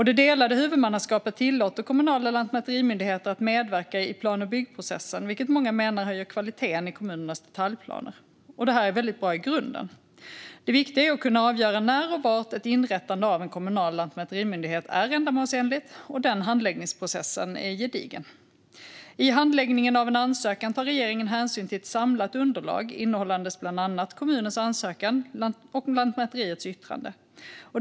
Det delade huvudmannaskapet tillåter kommunala lantmäterimyndigheter att medverka i plan och byggprocessen, vilket många menar höjer kvaliteten i kommunernas detaljplaner. Detta är väldigt bra i grunden. Det viktiga är att kunna avgöra när och var ett inrättande av en kommunal lantmäterimyndighet är ändamålsenligt, och den handläggningsprocessen är gedigen. I handläggningen av en ansökan tar regeringen hänsyn till ett samlat underlag innehållande bland annat kommunens ansökan och Lantmäteriets yttrande.